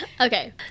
Okay